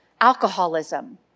alcoholism